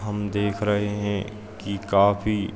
हम देख रहे हैं कि काफी